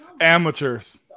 Amateurs